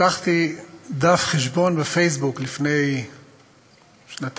כשפתחתי דף חשבון בפייסבוק לפני שנתיים,